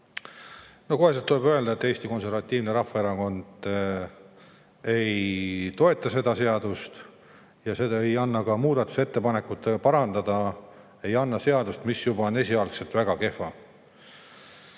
Koheselt tuleb öelda, et Eesti Konservatiivne Rahvaerakond ei toeta seda seadust. Seda ei anna ka muudatusettepanekutega parandada, seda seadust, mis oli juba esialgselt väga kehv.